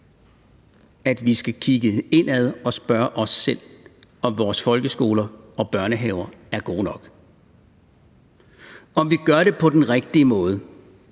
at vi skal kigge indad og spørge os selv, om vores folkeskoler og børnehaver er gode nok, og om vi gør det på den rigtige måde.